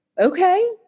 Okay